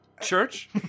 Church